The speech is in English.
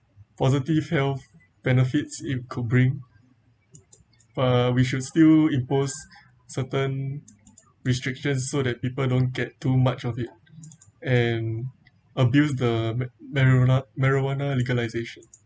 positive health benefits it could bring uh we should still impose certain restrictions so that people don't get too much of it and abused the ma~ marijua~ marijuana legalisation